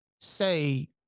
say